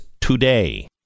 today